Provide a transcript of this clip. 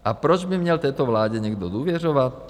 A proč by měl této vládě někdo důvěřovat?